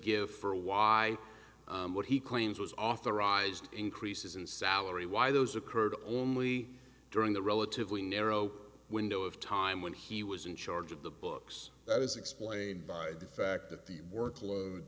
give for why what he claims was authorized increases in salary why those occurred only during the relatively narrow window of time when he was in charge of the books that was explained by the fact that the workload